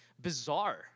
bizarre